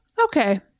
Okay